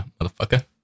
motherfucker